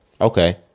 Okay